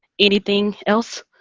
anything else?